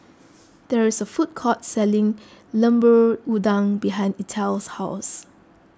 there is a food court selling Lemper Udang behind Ethyle's house